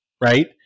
Right